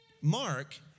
Mark